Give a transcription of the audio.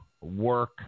work